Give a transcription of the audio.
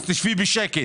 אז תשבי בשקט.